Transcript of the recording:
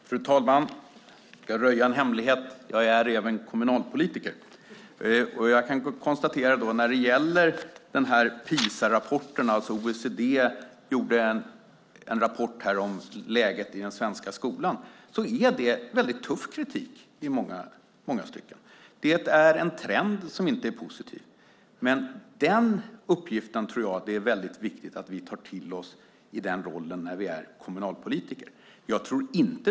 Fru talman! Jag ska röja en hemlighet. Jag är även kommunalpolitiker. OECD:s PISA-rapport om läget i den svenska skolan innehåller tuff kritik i många stycken. Det är en trend som inte är positiv. Men den uppgiften är viktig att vi tar till oss i rollen som kommunalpolitiker.